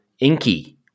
inky